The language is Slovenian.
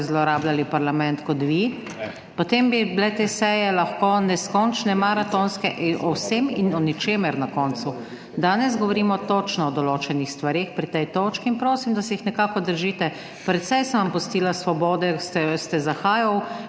zlorabljali parlament kot vi, potem bi bile te seje lahko neskončne, maratonske, o vsem in o ničemer na koncu. Danes govorimo točno o določenih stvareh pri tej točki in prosim, da se jih nekako držite. Precej sem vam pustila svobode, ste zahajal